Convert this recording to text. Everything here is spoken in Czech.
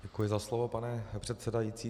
Děkuji za slovo, pane předsedající.